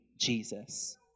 Jesus